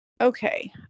Okay